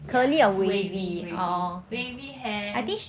ya wavy wavy wavy hair